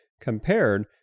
compared